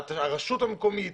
הרשות המקומית.